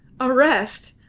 arrest!